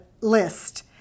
list